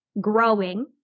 growing